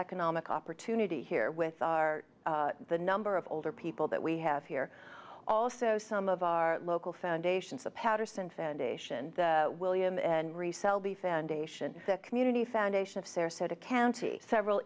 economic opportunity here with our the number of older people that we have here also some of our local foundations the patterson foundation william and resell the foundation community foundation of sarasota county several